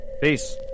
Peace